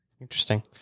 interesting